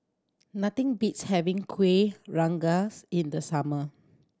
nothing beats having Kuih Rengas in the summer